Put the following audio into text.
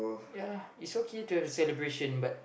ya it's okay to have celebration but